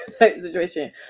Situation